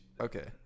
Okay